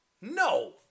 No